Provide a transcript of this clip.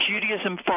Judaism